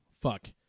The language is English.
fuck